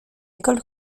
école